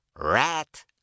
Rat